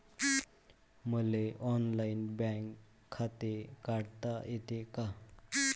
मले online bank खाते काढता येते का?